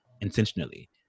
intentionally